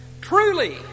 truly